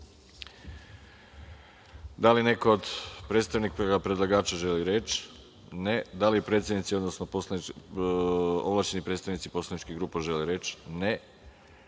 li neko do predstavnika predlagača želi reč? (Ne)Da li predsednici, odnosno ovlašćeni predstavnici poslaničkih grupa žele reč?